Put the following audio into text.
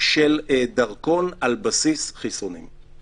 של דרכון על בסיס חיסונים.